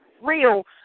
real